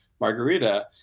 margarita